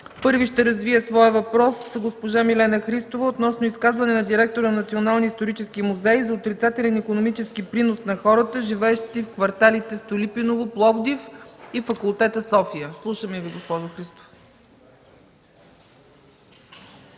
Първа ще развие своя въпрос госпожа Милена Христова относно изказване на директора на Националния исторически музей за отрицателен икономически принос на хората, живеещи в кварталите „Столипиново” – Пловдив, и „Факултета” – София. Слушаме Ви, госпожо Христова.